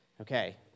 Okay